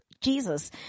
Jesus